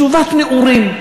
משובת נעורים.